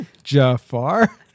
Jafar